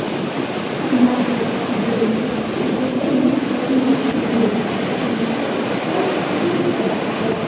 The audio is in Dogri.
उ'नें अग्गें तरक्की करनी अग्गें जाई स्कसैस्स मिलनी गै मिलनी स्पोर्टस काफी जैदा बैट्टर ऐ